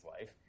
life